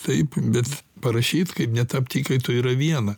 taip bet parašyt kaip netapt įkaitu yra viena